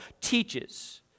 teaches